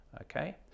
Okay